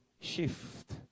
shift